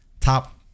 top